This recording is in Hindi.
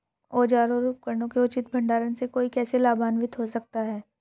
औजारों और उपकरणों के उचित भंडारण से कोई कैसे लाभान्वित हो सकता है?